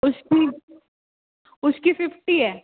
उसकी उसकी फिफ्टी है